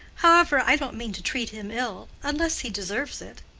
however, i don't mean to treat him ill, unless he deserves it.